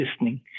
listening